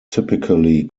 typically